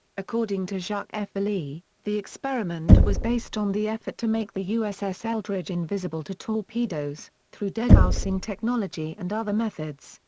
according to jacques f. vallee, the experiment was based on the effort to make the uss eldridge invisible to torpedoes, through degaussing technology and other methods.